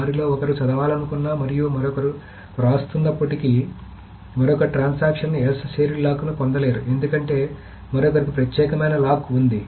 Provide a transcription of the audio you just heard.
వారిలో ఒకరు చదవాలనుకున్నా మరియు మరొకరు వ్రాస్తున్నప్పటికీ మరొక ట్రాన్సాక్షన్ S షేర్డ్ లాక్ను పొందలేరు ఎందుకంటే మరొకరికి ప్రత్యేకమైన లాక్ ఉంది